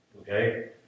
Okay